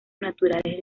naturales